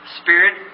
Spirit